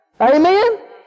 Amen